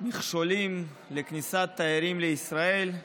המכשולים לכניסת תיירים לישראל.